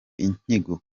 inyigo